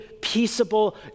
peaceable